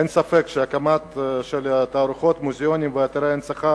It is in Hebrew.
אין ספק כי הקמת תערוכות, מוזיאונים ואתרי הנצחה